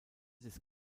des